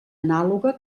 anàloga